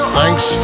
thanks